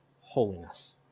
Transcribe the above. holiness